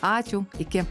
ačiū iki